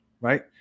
right